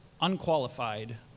unqualified